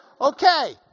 okay